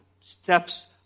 steps